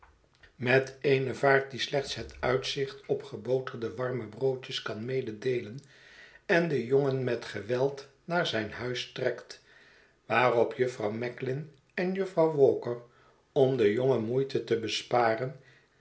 met eene vaart die slechts het uitzicht op geboterde warme broodjes kan mededeelen enden jongen met geweld naar zijn huis trekt waarop jufvrouw macklin en jufvrouwiwalker om den jongen moeite te besparen